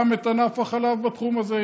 גם את ענף החלב בתחום הזה.